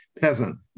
peasant